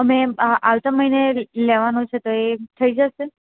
મેં આવતા મહિને લેવાનું છે તો એ થઈ જશે